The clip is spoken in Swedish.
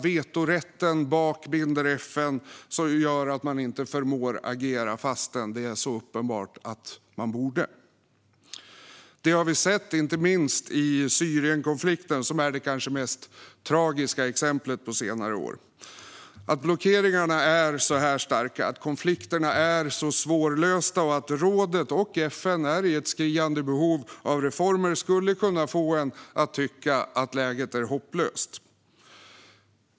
Vetorätten bakbinder FN och gör att man inte förmår att agera fastän man så uppenbart borde. Detta har vi sett inte minst i Syrienkonflikten, som kanske är det mest tragiska exemplet på senare år. Att blockeringarna är så starka, att konflikterna är så svårlösta och att rådet och FN är i ett skriande behov av reformer skulle kunna få en att tycka att läget är hopplöst.